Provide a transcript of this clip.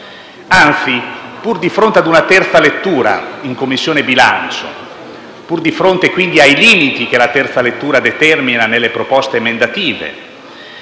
Anzi, pur di fronte ad una terza lettura in Commissione bilancio, pur di fronte, quindi, ai limiti che la terza lettura determina nelle proposte emendative,